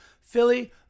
Philly